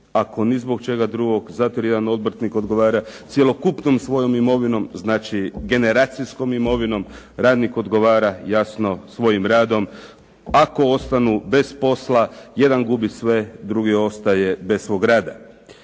ako ni zbog čega drugog zato jer jedan obrtnik odgovara cjelokupnom svojom imovinom. Znači generacijskom imovinom, radnik odgovara jasno svojim radom. Ako ostanu bez posla jedan gubi sve, drugi ostaje bez svog rada.